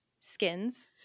skins